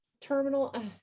terminal